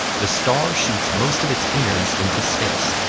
the star shoots most of its innards into space,